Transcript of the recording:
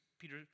Peter